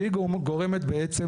שהיא יכולה לגרום